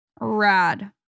Rad